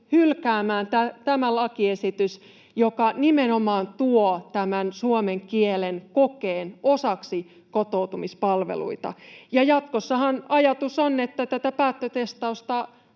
hylkäämään tämä lakiesitys, joka nimenomaan tuo tämän suomen kielen kokeen osaksi kotoutumispalveluita. Jatkossahan ajatus on, että tätä päättötestausta